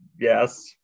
Yes